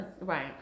Right